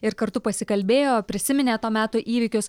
ir kartu pasikalbėjo prisiminė to meto įvykius